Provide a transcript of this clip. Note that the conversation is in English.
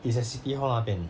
it's at city hall 那边